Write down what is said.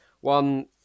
One